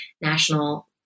national